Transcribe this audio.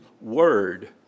word